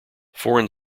foreign